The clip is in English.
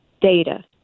data